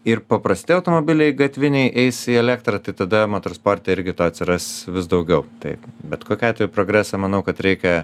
ir paprasti automobiliai gatviniai eis į elektrą tai tada motor sporte irgi atsiras vis daugiau taip bet kokiu atveju progresą manau kad reikia